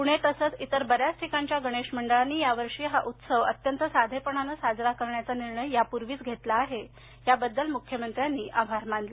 पुणे तसेच इतर बऱ्याच ठिकाणच्या गणेश मंडळांनी यावर्षी हा उत्सव अत्यंत साधेपणाने साजरा करण्याचा निर्णय यापूर्वीच घेतला आहे याबद्दल मुख्यमंत्र्यांनी आभार मानले